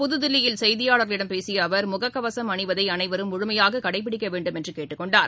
புதுதில்லியில் செய்தியாளர்களிடம் பேசியஅவர் முகக்கவசம் அணிவதைஅனைவரும் இன்று முழுமையாககடைபிடிக்கவேண்டும் என்றுகேட்டுக் கொண்டார்